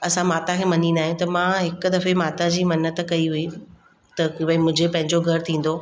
असां माता खे मञींदा आहियूं त मां हिकु दफ़े माता जी मन्नत कई हुई त की भई मुंहिंजो पंहिंजो घरु थींदो